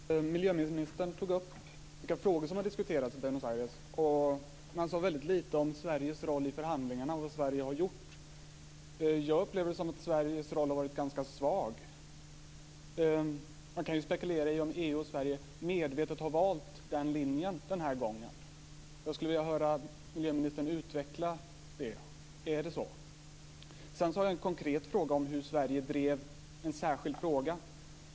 Fru talman! Miljöministern tog upp de frågor som har diskuterats i Buenos Aires, men han sade väldigt litet om Sveriges roll i förhandlingarna och vad Sverige har gjort. Jag upplever det som om Sveriges roll har varit ganska svag. Man kan spekulera i om EU och Sverige medvetet har valt den linjen denna gång. Jag skulle vilja höra miljöministern utveckla det. Är det så? Sedan har jag en konkret fråga om hur Sverige drev en särskild fråga.